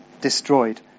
destroyed